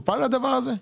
הדבר הזה מטופל?